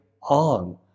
on